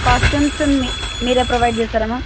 costumes మీ మీరే provide చేస్తారా మ్యామ్